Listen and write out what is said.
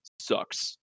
sucks